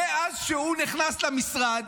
מאז שהוא נכנס למשרד,